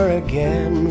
again